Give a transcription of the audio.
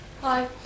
Hi